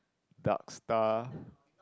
dark star